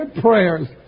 prayers